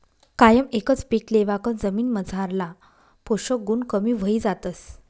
कायम एकच पीक लेवाकन जमीनमझारला पोषक गुण कमी व्हयी जातस